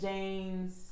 James